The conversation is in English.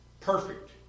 Perfect